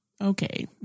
Okay